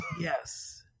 Yes